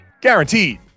guaranteed